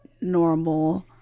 normal